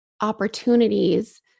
opportunities